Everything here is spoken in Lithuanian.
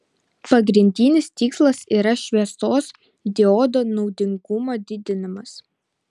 pagrindinis tikslas yra šviesos diodo naudingumo didinimas